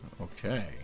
Okay